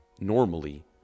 normally